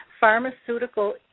Pharmaceutical